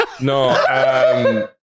no